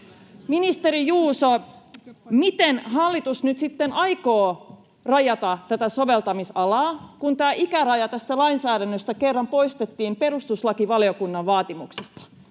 Ministeri Juuso, miten hallitus nyt sitten aikoo rajata tätä soveltamisalaa, kun tämä ikäraja tästä lainsäädännöstä kerran poistettiin perustuslakivaliokunnan vaatimuksesta?